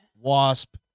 wasp